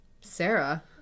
Sarah